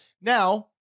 Now